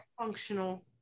functional